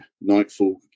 Nightfall